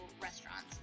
restaurants